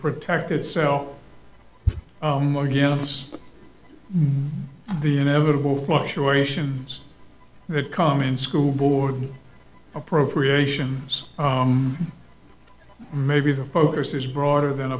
protect itself against the inevitable fluctuations that come in school board appropriations maybe the focus is broader than